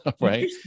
right